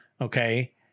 Okay